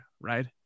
right